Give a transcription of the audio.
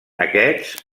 aquests